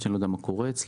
שאני לא יודע מה קורה אצלו,